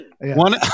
one